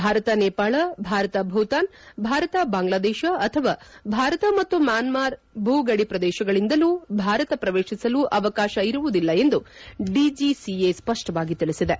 ಭಾರತ ನೇಪಾಳ ಭಾರತ ಭೂತಾನ್ ಭಾರತ ಬಾಂಗ್ಲಾದೇಶ ಅಥವಾ ಭಾರತ ಮತ್ತು ಮ್ಲಾನ್ತಾಕ್ ಭೂ ಗಡಿ ಪ್ರದೇಶಗಳಿಂದಲೂ ಭಾರತ ಪ್ರವೇಶಿಸಲು ಅವಕಾಶ ಇರುವುದಿಲ್ಲ ಎಂದು ಡಿಜೆಸಿಎ ಸ್ವಷ್ಷವಾಗಿ ತಿಳಿಸಿದೆ